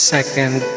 Second